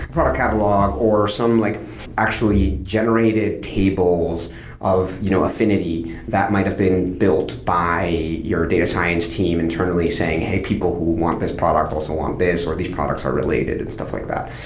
product catalog, or some like actually generated tables of you know affinity that might have been built by your data science team internally saying, hey, people who want this product also want this, or these products are related and stuff like that.